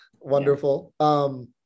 wonderful